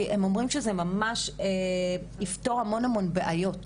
כי הם אומרים שזה ממש יפתור המון המון בעיות,